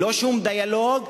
שום דיאלוג,